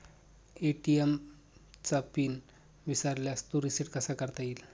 ATM चा PIN विसरल्यास तो रिसेट कसा करता येईल?